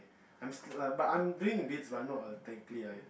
I'm still lah but I'm doing in bits but not exactly like